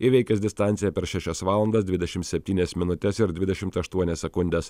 įveikęs distanciją per šešias valandas dvidešim septynias minutes ir dvidešimt aštuonias sekundes